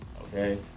okay